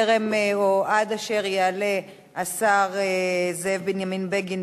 עד אשר יעלה השר זאב בנימין בגין,